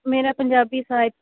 ਮੇਰਾ ਪੰਜਾਬੀ ਸਾਹਿਤ